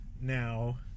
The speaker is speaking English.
now